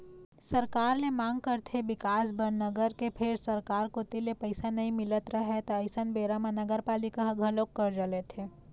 सरकार ले मांग करथे बिकास बर नगर के फेर सरकार कोती ले पइसा नइ मिलत रहय त अइसन बेरा म नगरपालिका ह घलोक करजा लेथे